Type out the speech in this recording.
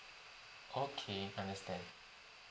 okay I understand